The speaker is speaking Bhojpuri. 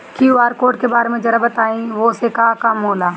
क्यू.आर कोड के बारे में जरा बताई वो से का काम होला?